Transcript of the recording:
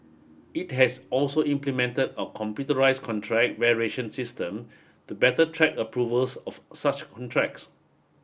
it has also implemented a computerised contract variation system to better track approvals of such contracts